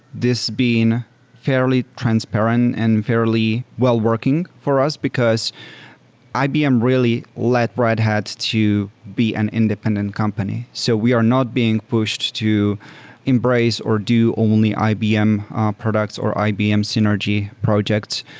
this being fairly transparent and fairly well working for us because ibm really led red hat to be an independent company. so we are not being pushed to embrace or do only ibm products or ibm synergy projects,